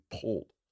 pulled